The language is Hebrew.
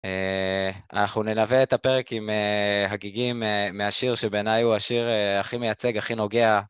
אנחנו נלווה את הפרק עם הגיגים מהשיר שבעיניי הוא השיר הכי מייצג, הכי נוגע.